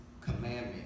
commandment